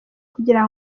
kugira